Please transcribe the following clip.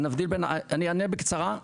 אני אענה בקצרה.